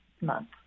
month